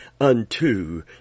unto